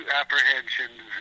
apprehensions